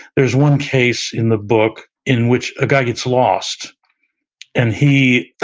there's one case in the book in which a guy gets lost and he,